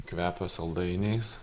kvepia saldainiais